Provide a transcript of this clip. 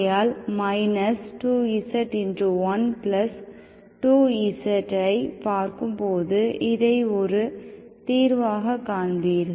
12z ஐப் பார்க்கும்போதுஇதை ஒரு தீர்வாக காண்பீர்கள்